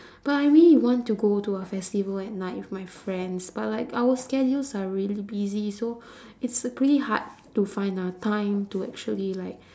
but I really want to go to a festival at night with my friends but like our schedules are really busy so it's pretty hard to find a time to actually like